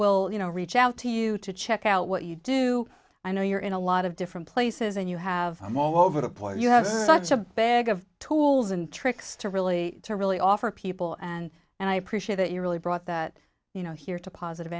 will you know reach out to you to check out what you do i know you're in a lot of different places and you have over the place you have such a bag of tools and tricks to really to really offer people and and i appreciate that you really brought that you know here to positive